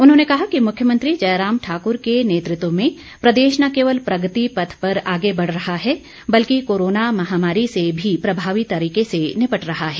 उन्होंने कहा कि मुख्यमंत्री जयराम ठाकुर के नेतृत्व में प्रदेश न केवल प्रगति पथ पर आगे बढ़ रहा है बल्कि कोरोना महामारी से भी प्रभावी तरीके से निपट रहा है